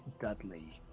Dudley